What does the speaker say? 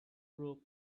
broke